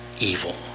evil